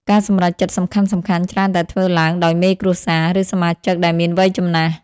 ការសម្រេចចិត្តសំខាន់ៗច្រើនតែធ្វើឡើងដោយមេគ្រួសារ ឬសមាជិកដែលមានវ័យចំណាស់។